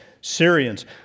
Syrians